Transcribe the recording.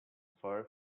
far